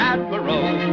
Admiral